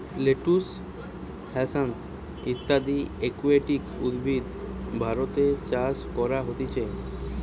lettuce, hyacinth ইত্যদি aquatic উদ্ভিদ ভারতে চাষ করা হতিছে